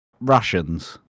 Russians